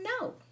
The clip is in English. No